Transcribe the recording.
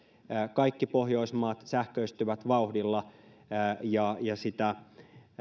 kaikki pohjoismaat sähköistyvät vauhdilla ja sitä